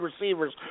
receivers